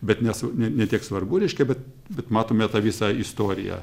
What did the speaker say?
bet nes ne tiek svarbu reiškia bet bet matome tą visą istoriją